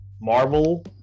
Marvel